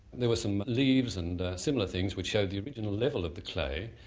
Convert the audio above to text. there was some leaves and similar things which showed the original level of the clay,